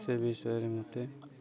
ସେ ବିଷୟରେ ମୋତେ